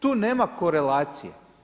Tu nema korelacije.